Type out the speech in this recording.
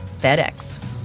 FedEx